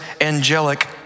angelic